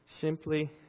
simply